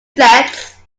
sets